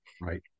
Right